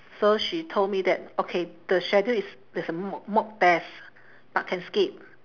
so she told me that okay the schedule is there's a mock mock test but can skip